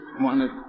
wanted